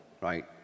right